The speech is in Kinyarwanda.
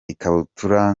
ikabutura